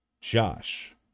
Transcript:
Josh